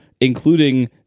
including